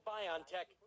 BioNTech